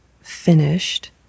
finished